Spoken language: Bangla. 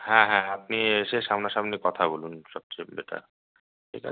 হ্যাঁ হ্যাঁ আপনি এসে সামনা সামনি কথা বলুন সবচেয়ে বেটার ঠিক আছে